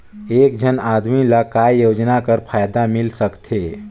एक झन आदमी ला काय योजना कर फायदा मिल सकथे?